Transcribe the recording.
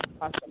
awesome